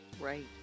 Right